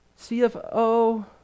CFO